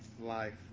life